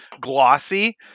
Glossy